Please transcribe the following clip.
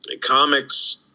Comics